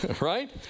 right